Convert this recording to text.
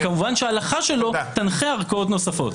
כמובן שההלכה שלו תנחה ערכאות נוספות.